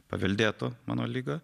paveldėtų mano ligą